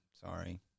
Sorry